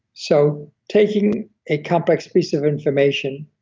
so taking a complex piece of information,